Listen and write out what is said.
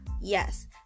Yes